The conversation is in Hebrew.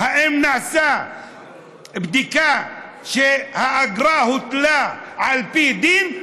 האם נעשתה בדיקה שהאגרה הוטלה על פי דין?